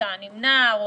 אם נער,